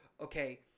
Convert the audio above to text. okay